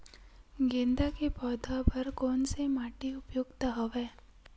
गेंदा के पौधा बर कोन से माटी उपयुक्त हवय?